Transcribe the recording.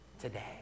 today